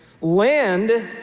land